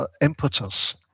impetus